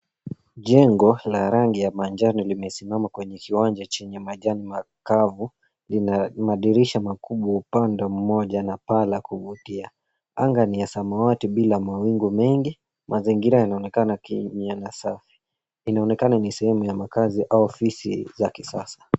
Jengo la rangi ya manjano limesimama kwenye kiwanja chenye majani makavu. Ina madirisha makubwa upande mmoja na paa la kuvutia. Anga ni ya samawati bila mawingu mengi. Mazingira yanaonekana kuwa safi. Inaonekana ni sehemu ya makaazi au ofisi za kisasa.